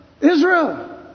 Israel